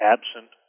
Absent